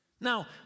Now